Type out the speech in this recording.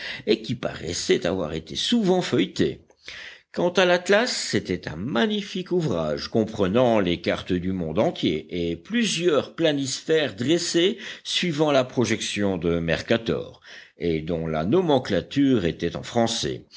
et qui paraissait avoir été souvent feuilleté quant à l'atlas c'était un magnifique ouvrage comprenant les cartes du monde entier et plusieurs planisphères dressés suivant la projection de mercator et dont la nomenclature était en français